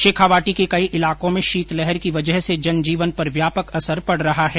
शेखावाटी के कई इलाकों में शीतलहर की वजह से जनजीवन पर व्यापक असर पड़ रहा है